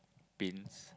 pins